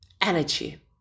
energy